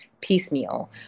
piecemeal